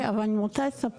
אוקיי, אבל אני רוצה לספר.